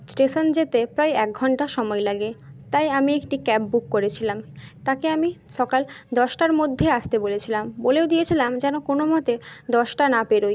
station যেতে প্রায় এক ঘণ্টা সময় লাগে তাই আমি একটি ক্যাব বুক করেছিলাম তাকে আমি সকাল দশটার মধ্যেই আসতে বলেছিলাম বলেও দিয়েছিলাম যেন কোনো মতে দশটা না পেরোয়